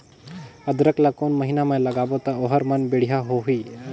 अदरक ला कोन महीना मा लगाबो ता ओहार मान बेडिया होही?